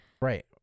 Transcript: Right